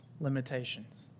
limitations